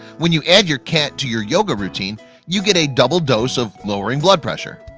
when you add your cat to your yoga routine you get a double dose of lowering blood pressure